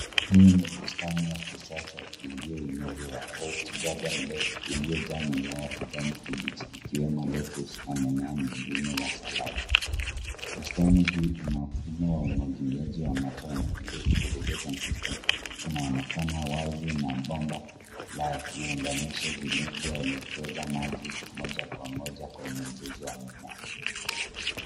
Hii ni bustani ya kisasa iliyoinuliwa, rest garden bed , iliyojaa mimea ya kijani kibichi ikiwemo lettuce na mimea mengine ya saladi. Bustani hii ina mfumo wa umwagiliaji wa matone, drip irrigation system , unaonekana wazi na bomba la viunganishi vilivyoelekeza maji moja kwa moja kwenye mzizi wa mimea.